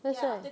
that's why